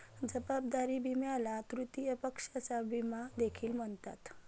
जबाबदारी विम्याला तृतीय पक्षाचा विमा देखील म्हणतात